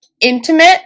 intimate